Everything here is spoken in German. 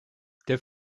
der